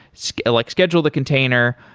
schedule like schedule the container,